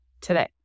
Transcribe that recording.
today